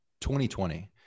2020